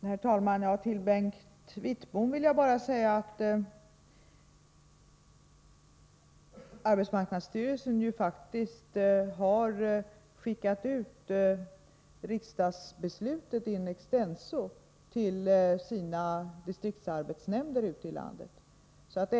Herr talman! Till Bengt Wittbom vill jag bara säga att arbetsmarknadsstyrelsen faktiskt har skickat ut riksdagsbeslutet in extenso till sina distriktsarbetsnämnder ute i landet.